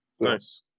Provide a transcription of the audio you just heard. nice